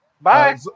bye